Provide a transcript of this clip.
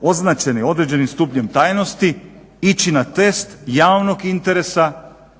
označeni određenim stupnjem tajnosti ići na test javnog interesa pod